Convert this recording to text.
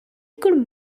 could